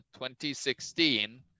2016